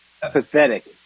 pathetic